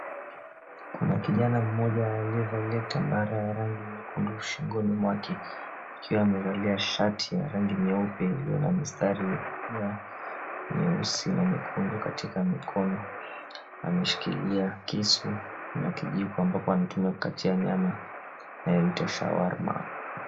Kuna kijana mmoja aliyevalia tambara ya rangi nyekundu shingoni mwake akiwa amevalia shati ya rangi nyeupe iliyo na mistari nyeusi na nyekundu. Katika mikono ameshikilia kisu na kijiko ambapo anatumia kukatia nyama inayoitwa shawarma.